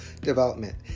development